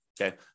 Okay